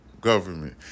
government